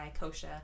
kosha